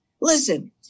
Listen